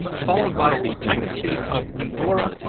followed by the tiny states of andorra,